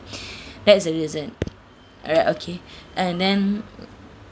that's the reason alright okay and then